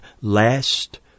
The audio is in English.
last